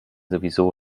sowieso